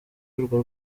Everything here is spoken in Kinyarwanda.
urwo